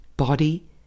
body